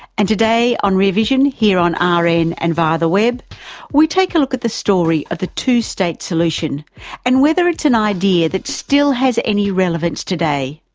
and today on rear vision here on rn and and via the web we take a look at the story of the two-state solution and whether it's an idea that still has any relevance today.